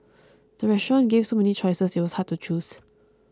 the restaurant gave so many choices that it was hard to choose